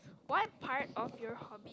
what part of your hobby